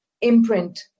imprint